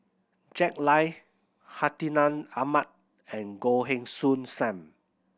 Jack Lai Hartinah Ahmad and Goh Heng Soon Sam